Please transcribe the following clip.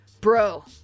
bro